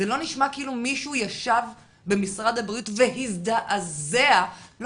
זה לא נשמע כאילו מישהו ישב במשרד הבריאות והזדעזע לא